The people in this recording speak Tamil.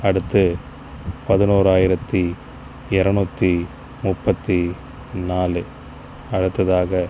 அடுத்து பதினோராயிரத்தி எரநூற்றி முப்பத்தி நாலு அடுத்ததாக